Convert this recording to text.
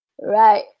Right